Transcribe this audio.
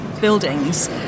buildings